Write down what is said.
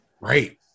Right